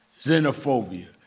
xenophobia